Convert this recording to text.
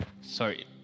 Sorry